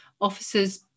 officers